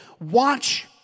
Watch